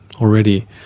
already